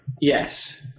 Yes